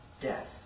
death